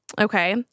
okay